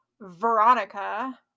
Veronica